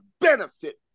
benefit